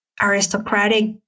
aristocratic